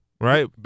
Right